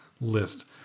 list